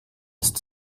ist